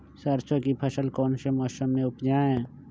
सरसों की फसल कौन से मौसम में उपजाए?